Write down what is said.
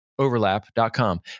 Overlap.com